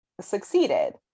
succeeded